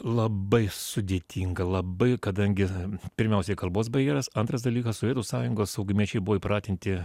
labai sudėtinga labai kadangi pirmiausiai kalbos barjeras antras dalykas sovietų sąjungos saugumiečiai buvo įpratinti